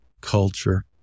culture